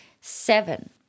Seven